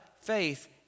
faith